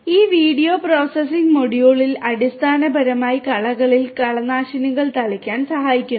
ഈ video processing module അടിസ്ഥാനപരമായി കളകളിൽ കളനാശിനികൾ തളിക്കാൻ സഹായിക്കുന്നു